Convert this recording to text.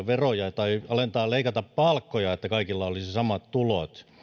veroja tai leikata palkkoja niin paljon että kaikilla olisi samat tulot